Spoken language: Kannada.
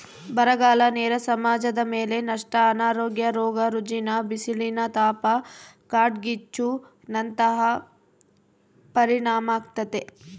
ಬರಗಾಲ ನೇರ ಸಮಾಜದಮೇಲೆ ನಷ್ಟ ಅನಾರೋಗ್ಯ ರೋಗ ರುಜಿನ ಬಿಸಿಲಿನತಾಪ ಕಾಡ್ಗಿಚ್ಚು ನಂತಹ ಪರಿಣಾಮಾಗ್ತತೆ